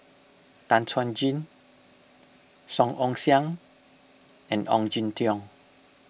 Tan Chuan Jin Song Ong Siang and Ong Jin Teong